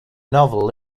novel